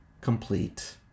complete